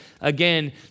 again